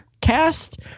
cast